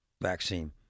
vaccine